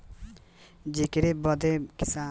जेकरे बदे किसान आन्दोलन पर सालन से बैठल बाड़े